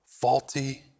faulty